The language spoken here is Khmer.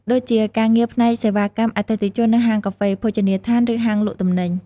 ដូចជាការងារផ្នែកសេវាកម្មអតិថិជននៅហាងកាហ្វេ ភោជនីយដ្ឋាន ឬហាងលក់ទំនិញ។